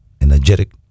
energetic